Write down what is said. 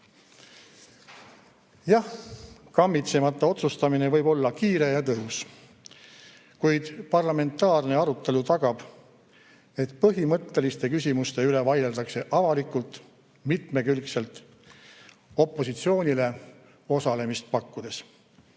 Jah, kammitsemata otsustamine võib olla kiire ja tõhus. Kuid parlamentaarne arutelu tagab, et põhimõtteliste küsimuste üle vaieldakse avalikult, mitmekülgselt, opositsioonile osalemist pakkudes.